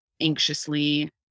anxiously